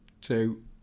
two